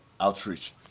outreach